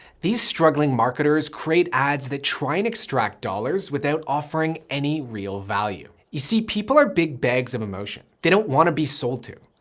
these struggling marketers create ads that try and extract dollars without offering any real value. you see people are big bags of emotion. they don't want to be sold to.